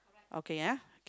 okay ah